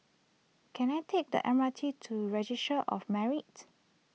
can I take the M R T to Registry of Marriages